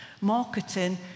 Marketing